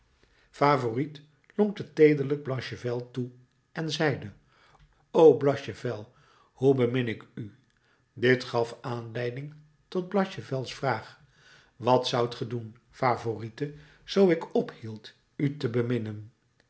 favourite lonkte teederlijk blachevelle toe en zeide o blachevelle hoe bemin ik u dit gaf aanleiding tot blachevelle's vraag wat zoudt ge doen favourite zoo ik ophield u te